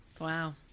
Wow